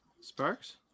Sparks